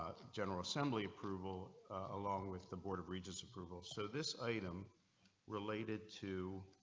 general assembly approval along with the board of regents approval. so this item related to.